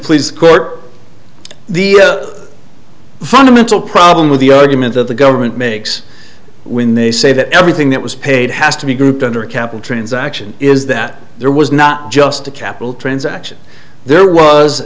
please quote the fundamental problem with the argument that the government makes when they say that everything that was paid has to be grouped under a cap and transaction is that there was not just a capital transaction there was